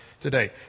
today